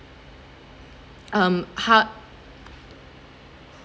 um how